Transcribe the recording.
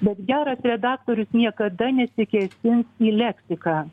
bet geras redaktorius niekada nesikėsins į leksiką